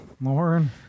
Lauren